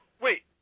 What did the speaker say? Wait